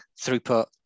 throughput